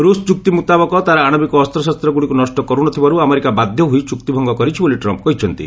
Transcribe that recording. ରୁଷ ଚୁକ୍ତି ମୁତାବକ ତା'ର ଆଣବିକ ଅସ୍ତ୍ରଶସ୍ତ୍ରଗୁଡ଼ିକୁ ନଷ୍ଟ କରୁନଥିବାରୁ ଆମେରିକା ବାଧ୍ୟ ହୋଇ ଚୁକ୍ତି ଭଙ୍ଗ କରିଛି ବୋଲି ଟ୍ରମ୍ପ କହିଛନ୍ତି